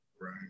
Right